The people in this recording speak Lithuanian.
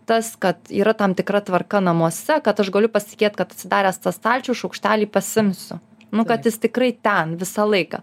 tas kad yra tam tikra tvarka namuose kad aš galiu pasitikėt kad atsidaręs stalčių šaukštelį pasiimsiu nu kad jis tikrai ten visą laiką